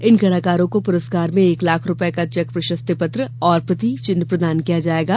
इन कलाकारों को पुरस्कार में एक लाख रुपये का चेक प्रशस्ति पत्र एवं प्रतीक चिन्ह प्रदान किया जाएगा